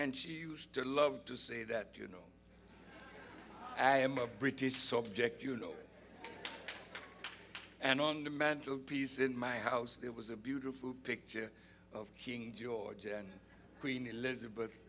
and she used to love to say that you know i am a british subject you know and on the mantel piece in my house there was a beautiful picture of king george and queen elizabeth